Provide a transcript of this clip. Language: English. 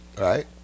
right